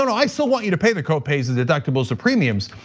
and i still want you to pay, the co-pays and deductibles to premiums.